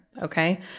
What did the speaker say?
okay